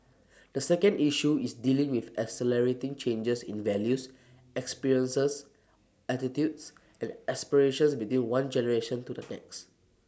the second issue is dealing with accelerating changes in values experiences attitudes and aspirations between one generation to the next